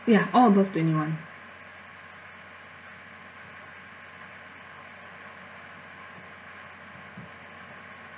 ya all above twenty one